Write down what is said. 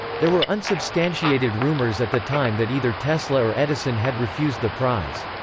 there were unsubstantiated rumors at the time that either tesla or edison had refused the prize.